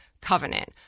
Covenant